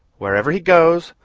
wherever he goes,